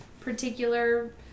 particular